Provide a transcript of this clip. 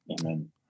Amen